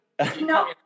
No